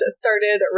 started